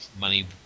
money